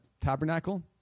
Tabernacle